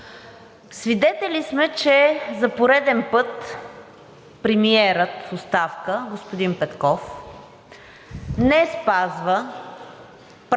Свидетели сме, че за пореден път премиерът в оставка господин Петков не спазва Правилника